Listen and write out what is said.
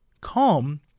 Calm